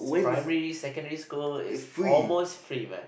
primary secondary school is almost free man